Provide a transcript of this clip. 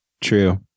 True